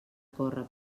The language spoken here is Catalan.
córrer